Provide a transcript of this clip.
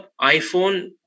iPhone